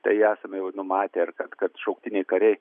tai esame jau numatę ir kad kad šauktiniai kariai